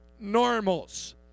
normals